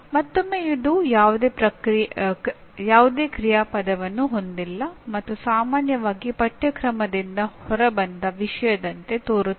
ಮತ್ತೊಮ್ಮೆ ಇದು ಯಾವುದೇ ಕ್ರಿಯಾಪದವನ್ನು ಹೊಂದಿಲ್ಲ ಮತ್ತು ಸಾಮಾನ್ಯವಾಗಿ ಪಠ್ಯಕ್ರಮದಿಂದ ಹೊರಬಂದ ವಿಷಯದಂತೆ ತೋರುತ್ತದೆ